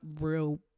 real